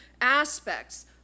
aspects